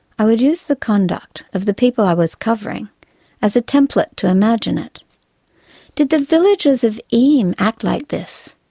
i would use the conduct of the people i was covering as a template to imagine it did the villagers of eyam act like this?